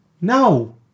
No